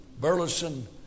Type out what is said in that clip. Burleson